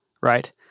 right